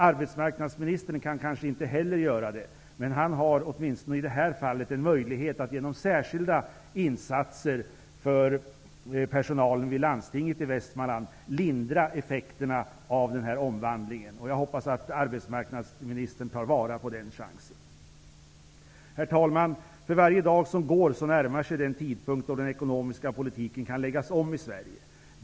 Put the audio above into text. Arbetsmarknadsministern kan kanske inte heller göra det, men han har åtminstone i detta fall en möjlighet att genom särskilda insatser för personalen vid landstinget i Västmanland lindra effekterna av omvandlingen. Jag hoppas att arbetsmarknadsministern tar vara på den chansen. Herr talman! För varje dag som går närmar sig den tidpunkt då den ekonomiska politiken kan läggas om i Sverige.